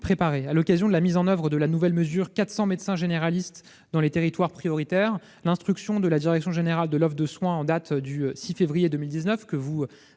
répondre. À l'occasion de la mise en oeuvre de la nouvelle mesure « 400 postes de médecins généralistes dans les territoires prioritaires », l'instruction de la direction générale de l'offre de soins en date du 6 février 2019, que vous